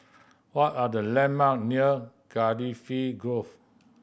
what are the landmark near Cardifi Grove